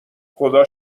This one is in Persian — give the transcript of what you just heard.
خدا